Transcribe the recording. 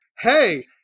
hey